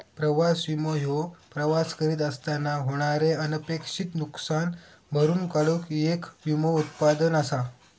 प्रवास विमो ह्यो प्रवास करीत असताना होणारे अनपेक्षित नुसकान भरून काढूक येक विमो उत्पादन असा